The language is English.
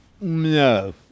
No